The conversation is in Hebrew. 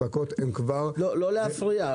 לא להפריע.